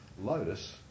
Lotus